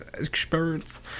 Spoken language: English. experience